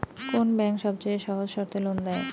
কোন ব্যাংক সবচেয়ে সহজ শর্তে লোন দেয়?